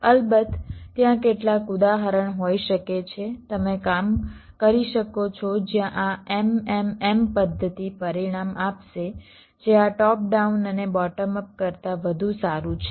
અલબત્ત ત્યાં કેટલાક ઉદાહરણ હોઈ શકે છે તમે કામ કરી શકો છો જ્યાં આ MMM પદ્ધતિ પરિણામ આપશે જે આ ટોપ ડાઉન અને બોટમ અપ કરતા વધુ સારું છે